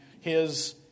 his